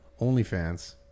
OnlyFans